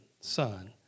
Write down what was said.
son